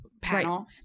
panel